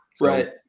Right